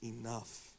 enough